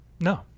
No